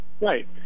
Right